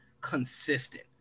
consistent